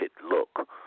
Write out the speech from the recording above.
look